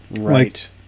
Right